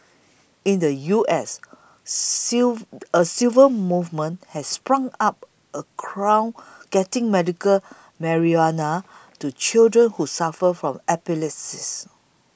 in the U S civil a civil movement has sprung up around getting medical marijuana to children who suffer from epilepsy